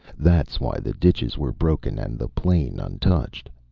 that's why the ditches were broken and the plain untouched.